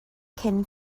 cyn